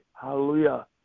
hallelujah